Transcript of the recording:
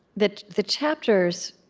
the the chapters